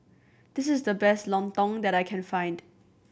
this is the best lontong that I can find